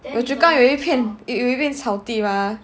我就刚有一片有一片草地 mah